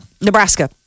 Nebraska